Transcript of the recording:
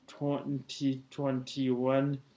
2021